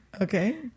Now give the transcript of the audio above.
Okay